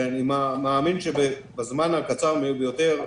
ואני מאמין שבזמן הקצר ביותר,